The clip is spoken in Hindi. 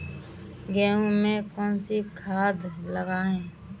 गेहूँ में कौनसी खाद लगाएँ?